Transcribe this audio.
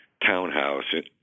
townhouse